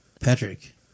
Patrick